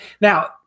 Now